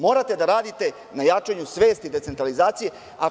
Morate da radite na jačanju svesti o decentralizaciji.